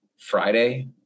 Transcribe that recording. friday